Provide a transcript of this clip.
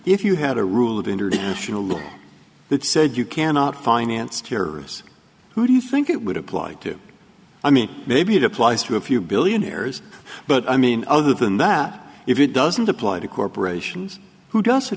if you had a rule of international law that said you cannot finance terrorists who do you think it would apply to i mean maybe it applies to a few billionaires but i mean other than that if it doesn't apply to corporations who does